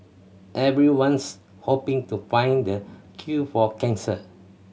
everyone's hoping to find the cure for cancer